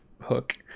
hook